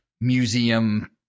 museum